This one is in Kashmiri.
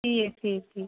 ٹھیٖک ٹھیٖک ٹھیٖک